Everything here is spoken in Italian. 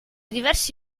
diversi